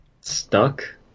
Stuck